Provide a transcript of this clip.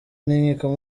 n’inkiko